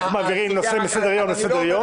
איך מעבירים נושא מסדר-יום לסדר-יום.